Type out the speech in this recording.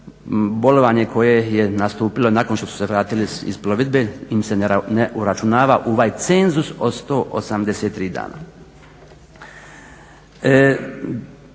bolovanje koje je nastupilo nakon što su se vratili iz plovidbe im se ne uračunava u ovaj cenzus od 183 dana.